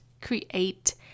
create